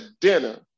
dinner